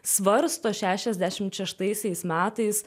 svarsto šešiasdešimt šeštaisiais metais